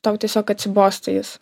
tau tiesiog atsibosta jis